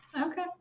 Okay